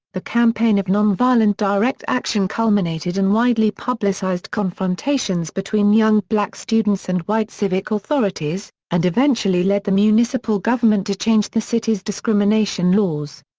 the campaign of nonviolent direct action culminated in widely publicized confrontations between young black students and white civic authorities, and eventually led the municipal government to change the city's discrimination laws.